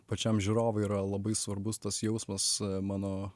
pačiam žiūrovui yra labai svarbus tas jausmas mano